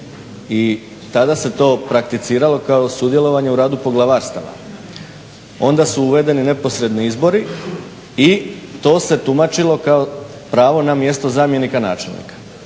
i tada se to prakticiralo kao sudjelovanje u radu poglavarstava. Onda su uvedeni neposredni izbori i to se tumačilo kao pravo na mjesto zamjenika načelnika.